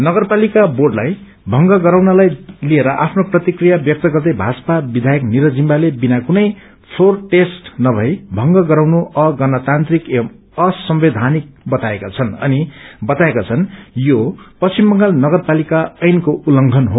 नगरपालिका बोर्डलाई भंग गराउनलाई लिएर आफ्नो प्रतिक्रिया व्यक्त गर्दै भाजपा विषायक निरज जिम्बाले बिना कुनै फ्लोर टेस्ट नभई भंग गराउनु अगणतान्त्रिक एवं असंविधानिक बताएका छन् अनि बताएका छन् पश्चिम बंगाल नगरपालिका ऐनको उल्लंघन हो